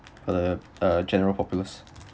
the uh general populace